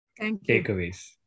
Takeaways